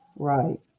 Right